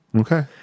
Okay